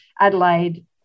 Adelaide